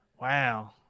Wow